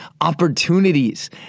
opportunities